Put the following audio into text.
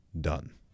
done